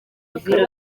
hakaba